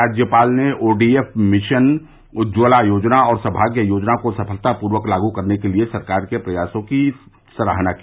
राज्यपाल ने ODF mission Ujjwala योजना और सौभाग्य योजना को सफलतापूर्वक लागू करने के लिये सरकार के प्रयासों की सराहना की